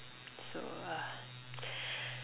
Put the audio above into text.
so